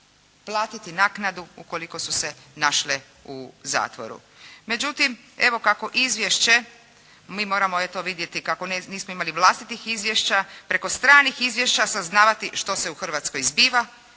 platiti naknadu ukoliko su se našle u zatvoru. Međutim, evo kako izvješće, mi moramo eto vidjeti kako nismo imali vlastitih izvješća, preko stranih izvješća saznavati što se u Hrvatskoj zbiva,